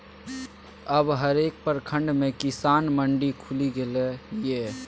अब हरेक प्रखंड मे किसान मंडी खुलि गेलै ये